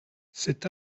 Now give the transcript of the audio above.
cet